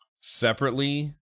separately